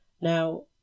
Now